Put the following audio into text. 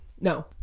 No